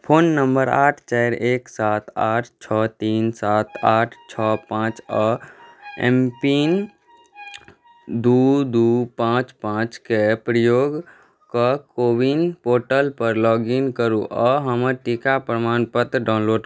phone number आठ चारि एक सात आठ छओ तीन सात आठ छै पाँच आ एम पिन दू दू पाँच पाँच के प्रयोग कऽ कोविन पोर्टल पर लॉग इन करू आ हमर टीका प्रमाण पत्र डाउनलोड करू